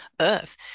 Earth